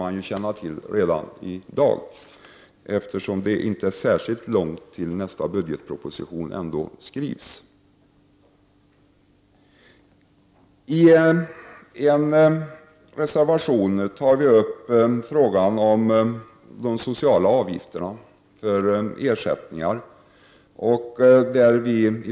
1989/90:140 inte dröjer särskilt länge innan nästa budgetproposition skrivs. 13 juni 1990 I en reservation tar vi upp frågan om de sociala avgifterna för ersättningar.